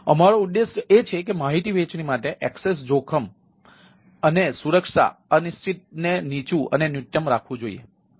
તેથી અમારો ઉદ્દેશ એ છે કે માહિતી વહેંચણી માટે એક્સેસ જોખમ અને સુરક્ષા અનિશ્ચિત C ને નીચું અથવા ન્યૂનતમ રાખવું જોઈએ